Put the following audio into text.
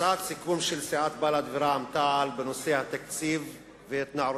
הצעת סיכום של סיעות בל"ד ורע"ם-תע"ל בנושא התקציב והתנערותו